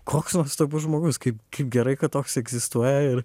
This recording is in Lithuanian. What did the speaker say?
koks nuostabus žmogus kaip kaip gerai kad toks egzistuoja ir